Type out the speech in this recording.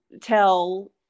tell